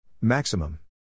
Maximum